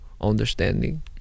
understanding